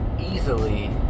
easily